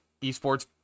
eSports